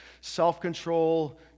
self-control